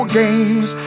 games